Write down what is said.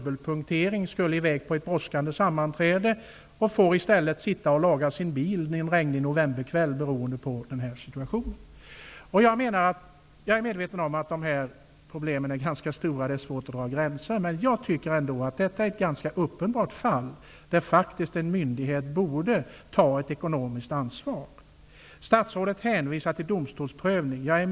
Bilföraren skulle i väg på ett brådskande sammanträde, men fick i stället laga sin bil en regnig novemberkväll. Jag är medveten om att problemen är stora och att det är svårt att dra gränser. Men detta är ändå ett uppenbart fall, där en myndighet borde ta ett ekonomiskt ansvar. Statsrådet hänvisar till domstolsprövning.